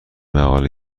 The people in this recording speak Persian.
مقاله